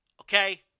Okay